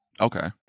Okay